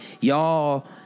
y'all